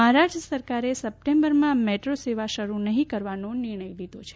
મહારાષ્ટ્ર સરકારે સપ્ટેમ્બરમાં મેટ્રો સેવા શરૂ નહીં કરવા નિર્ણય લીધો છે